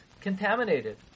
contaminated